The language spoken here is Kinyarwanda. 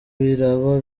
biraba